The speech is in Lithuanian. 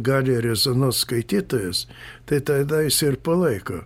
gali rezonuot skaitytojus tai tada jis ir palaiko